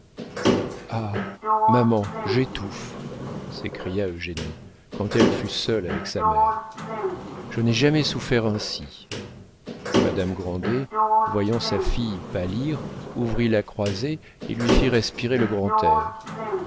ah maman j'étouffe s'écria eugénie quand elle fut seule avec sa mère je n'ai jamais souffert ainsi madame grandet voyant sa fille pâlir ouvrit la croisée et lui fit respirer le grand air